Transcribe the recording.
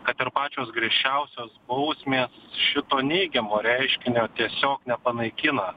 kad ir pačios griežčiausios bausmės šito neigiamo reiškinio tiesiog nepanaikina